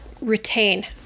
retain